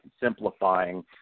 simplifying